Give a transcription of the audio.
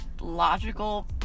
logical